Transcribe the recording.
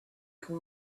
can